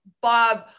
Bob